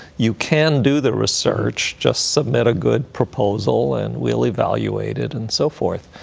you can do the research. just submit a good proposal, and we'll evaluate it, and so forth.